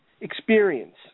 experience